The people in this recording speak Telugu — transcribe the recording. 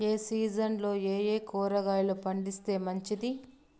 ఏ సీజన్లలో ఏయే కూరగాయలు పండిస్తే మంచిది